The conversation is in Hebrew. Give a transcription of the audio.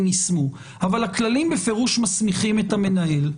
יישמו בפירוש מסמיכים את המנהל,